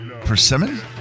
Persimmon